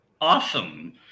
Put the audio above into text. Awesome